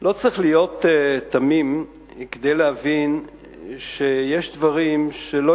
לא צריך להיות תמים כדי להבין שיש דברים שלא